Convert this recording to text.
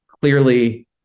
clearly